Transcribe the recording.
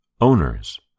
owners